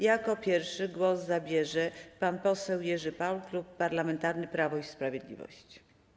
Jako pierwszy głos zabierze pan poseł Jerzy Paul, Klub Parlamentarny Prawo i Sprawiedliwość.